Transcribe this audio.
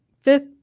fifth